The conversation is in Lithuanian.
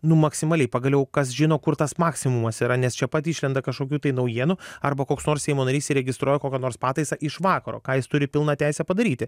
nu maksimaliai pagaliau kas žino kur tas maksimumas yra nes čia pat išlenda kažkokių tai naujienų arba koks nors seimo narys įregistruoja kokią nors pataisą iš vakaro ką jis turi pilną teisę padaryti